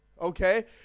Okay